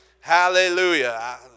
Hallelujah